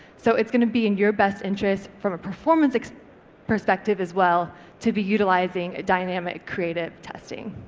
so it's going to be in your best interest from a performance perspective as well to be utilising a dynamic creative testing.